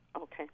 Okay